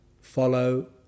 follow